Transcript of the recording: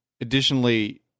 Additionally